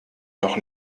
noch